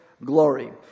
Glory